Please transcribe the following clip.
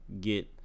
get